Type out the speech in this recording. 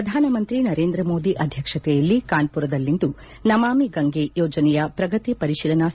ಪ್ರಧಾನಮಂತ್ರಿ ನರೇಂದ್ರಮೋದಿ ಅಧ್ಯಕ್ಷತೆಯಲ್ಲಿ ಕಾನ್ಸುರದಲ್ಲಿಂದು ನಮಾಮಿ ಗಂಗೆ ಯೋಜನೆಯ ಪ್ರಗತಿ ಪರಿಶೀಲನಾ ಸಭೆ